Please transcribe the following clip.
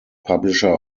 publisher